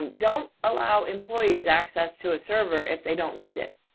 um don't allow employees access to a server if they don't need it.